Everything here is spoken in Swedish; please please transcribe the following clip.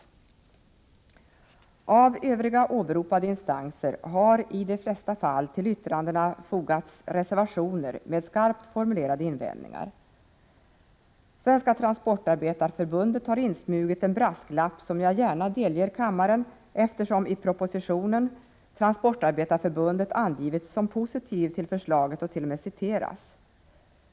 När det gäller övriga åberopade instanser har i de flesta fall till yttrandena fogats reservationer med skarpt formulerade invändningar. Svenska transportarbetareförbundet har insmugit en brasklapp, som jag gärna delger kammaren, eftersom Transportarbetareförbundet i propositionen har angivits som positivt till förslaget och t.o.m. citeras.